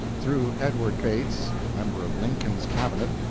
through edward bates, a member of lincoln's cabinet,